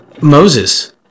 Moses